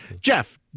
Jeff